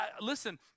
listen